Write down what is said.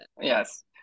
yes